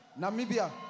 Namibia